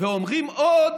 ואומרים עוד